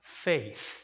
faith